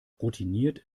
routiniert